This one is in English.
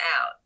out